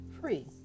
free